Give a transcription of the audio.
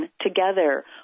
together